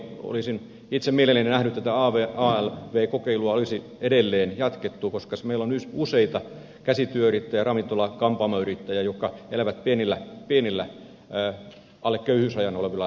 olisin itse mielelläni nähnyt että tätä alv kokeilua olisi edelleen jatkettu koska meillä on useita käsityöyrittäjiä ravintola kampaamoyrittäjiä jotka elävät pienillä alle köyhyysrajan olevilla rahoituksilla